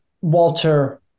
Walter